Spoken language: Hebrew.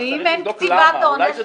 צריך לבדוק למה.